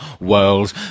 World